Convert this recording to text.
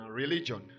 religion